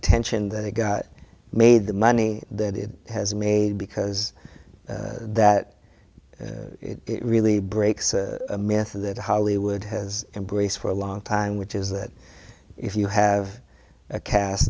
attention that it got made the money that it has made because that it really breaks a myth that hollywood has embraced for a long time which is that if you have a cast